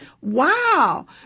Wow